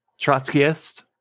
trotskyist